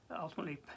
ultimately